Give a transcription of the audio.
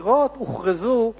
הבחירות הוכרזו ארבעה,